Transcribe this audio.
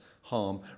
harm